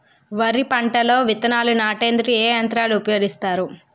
వరి పంటలో విత్తనాలు నాటేందుకు ఏ యంత్రాలు ఉపయోగిస్తారు?